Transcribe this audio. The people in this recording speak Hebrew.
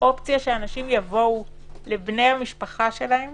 אופציה שאנשים יבואו לבני המשפחה שלהם